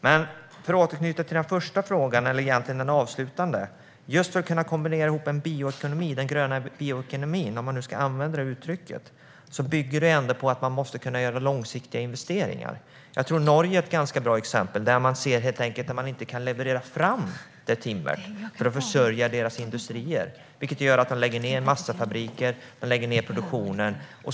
Jag ska återknyta till den första frågan, eller egentligen den avslutande. Det handlar om att kunna kombinera ihop den gröna bioekonomin, om man nu ska använda det uttrycket. Det bygger ändå på att man måste kunna göra långsiktiga investeringar. Jag tror att Norge är ett ganska bra exempel. Där kan man inte leverera fram timmer för att försörja sina industrier. Det gör att de lägger ned massafabriker och produktionen.